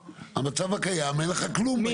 המצב הקיים, אין לכם כלום בעניין.